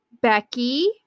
Becky